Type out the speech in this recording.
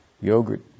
yogurt